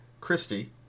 Christie